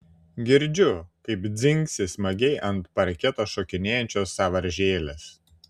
girdžiu kaip dzingsi smagiai ant parketo šokinėjančios sąvaržėlės